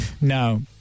No